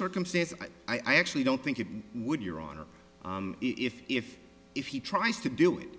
circumstances i actually don't think it would your honor if if if he tries to do it